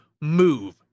move